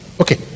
okay